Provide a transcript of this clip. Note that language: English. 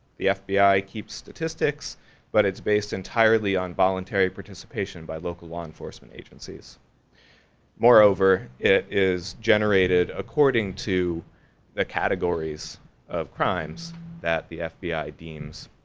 the fbi keeps statistics but it's based entirely on voluntary participation by local law enforcement agencies moreover it is generated generated according to the categories of crimes that the fbi deems